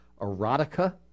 erotica